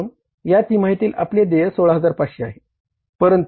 म्हणून या तिमाहीतील आपले देय 16500 आहे